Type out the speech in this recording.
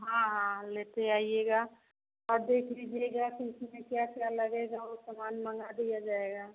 हाँ हाँ लेते आइएगा और देख लीजिएगा कि इसमें क्या क्या लगेगा वो समान मँगा दिया जाएगा